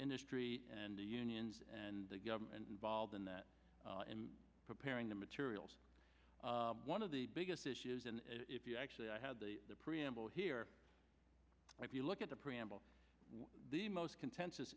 industry and the unions and the government involved in that in preparing the materials one of the biggest issues and if you actually i had the preamble here if you look at the preamble the most contentious